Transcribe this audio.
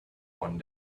one